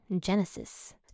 Genesis